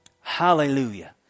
Hallelujah